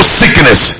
sickness